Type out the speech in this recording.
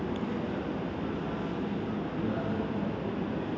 Kashi